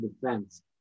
defense